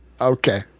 Okay